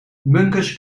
bunkers